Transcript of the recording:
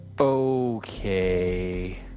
okay